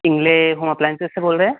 Kinley home appliances से बोल रहे हैं